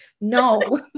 no